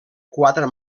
quatre